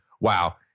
Wow